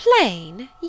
Plain